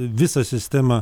visą sistemą